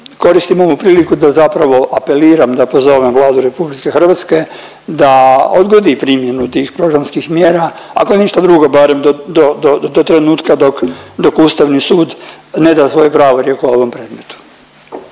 koristim ovu priliku da zapravo apeliram da pozovem Vladu RH da odgodi primjenu tih programskih mjera, ako ništa drugo barem do trenutka dok Ustavni sud ne da svoj pravorijek o ovom predmetu.